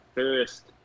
first